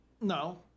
No